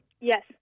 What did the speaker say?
Yes